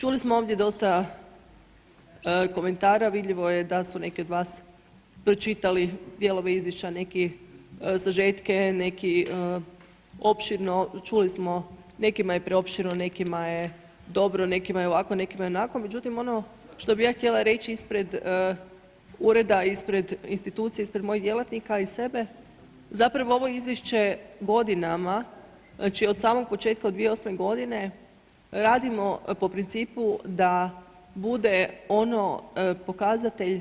Čuli smo ovdje dosta komentara, vidljivo je da su neki od vas pročitali dijelove izvješća, neki sažetke, neki opširno, čuli smo, nekima je preopširno, nekima je dobro, nekima je ovako, nekima je onako, međutim ono što bih ja htjela reći ispred ureda, ispred institucije, ispred mojih djelatnika i sebe, zapravo ovo izvješće godinama, znači od samog početka, od 2008. godine radimo po principu da bude ono pokazatelj